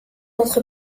entre